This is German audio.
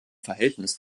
verhältnis